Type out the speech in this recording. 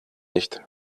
nicht